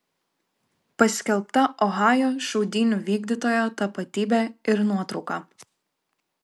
paskelbta ohajo šaudynių vykdytojo tapatybė ir nuotrauka